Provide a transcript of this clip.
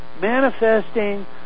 manifesting